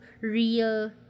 real